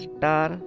Star